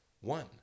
one